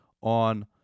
on